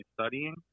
studying